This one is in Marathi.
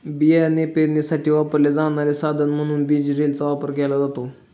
बियाणे पेरणीसाठी वापरले जाणारे साधन म्हणून बीज ड्रिलचा वापर केला जातो